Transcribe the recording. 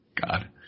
God